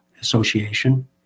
Association